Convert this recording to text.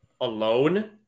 alone